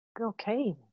Okay